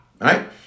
right